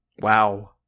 Wow